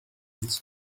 his